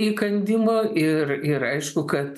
įkandimo ir ir aišku kad